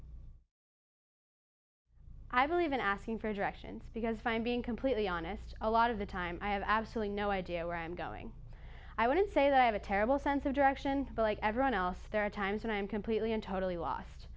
in asking for directions because fine being completely honest a lot of the time i have absolutely no idea where i am going i wouldn't say that i have a terrible sense of direction like everyone else there are times when i am completely and totally lost